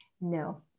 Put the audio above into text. No